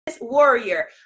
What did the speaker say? warrior